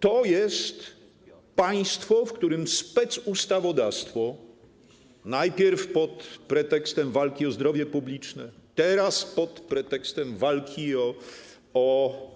To jest państwo, w którym specustawodawstwo najpierw pod pretekstem walki o zdrowie publiczne, teraz pod pretekstem walki o